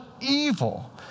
evil